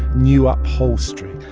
new upholstery.